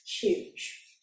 huge